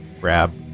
grab